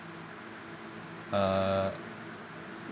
uh